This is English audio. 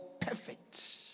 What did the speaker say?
perfect